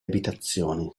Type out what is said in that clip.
abitazioni